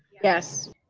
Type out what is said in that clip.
yes.